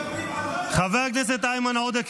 חבר הכנסת איימן עודה,